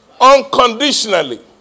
Unconditionally